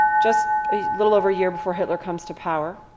just a little over a year before hitler comes to power.